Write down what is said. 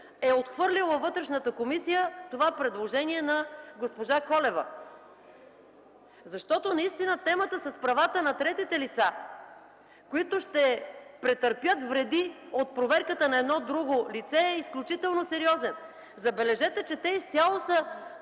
е отхвърлил във Вътрешната комисия предложението на госпожа Колева? Темата с правата на третите лица, които ще претърпят вреди от проверката на друго лице е изключително сериозен. Забележете, че те изцяло са